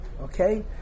Okay